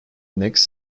next